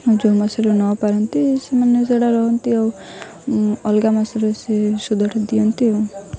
ଯେଉଁ ମାସରେ ନପାରନ୍ତି ସେମାନେ ସେଇଟା ରହନ୍ତି ଆଉ ଅଲଗା ମାସରେ ସେ ସୁଧ ଟା ଦିଅନ୍ତି ଆଉ